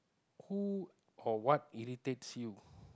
who or what irritates you